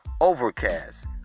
Overcast